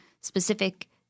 specific